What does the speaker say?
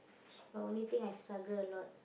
the only thing I struggle a lot